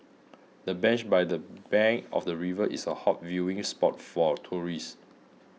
the bench by the bank of the river is a hot viewing spot for tourists